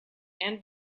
and